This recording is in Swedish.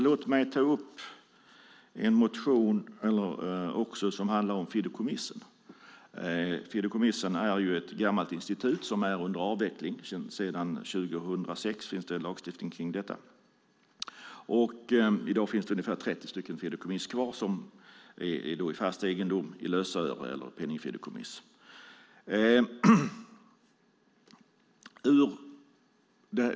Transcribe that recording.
Låt mig ta upp en motion som handlar om fideikommissen. Fideikommiss är ju ett gammalt institut som är under avveckling. Sedan 2006 finns det en lagstiftning om detta. I dag finns det ungefär 30 fideikommiss kvar som är i fast egendom, i lösöre eller i penningfideikommiss.